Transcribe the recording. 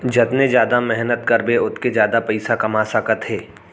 जतने जादा मेहनत करबे ओतके जादा पइसा कमा सकत हे